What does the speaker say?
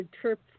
trip